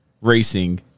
racing